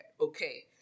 Okay